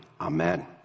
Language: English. amen